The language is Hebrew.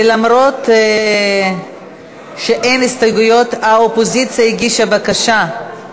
ולמרות זאת האופוזיציה הגישה בקשה,